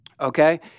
okay